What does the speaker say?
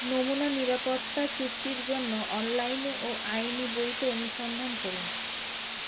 নমুনা নিরাপত্তা চুক্তির জন্য অনলাইনে ও আইনি বইতে অনুসন্ধান করুন